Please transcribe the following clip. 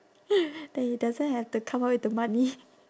that he doesn't have to come up with the money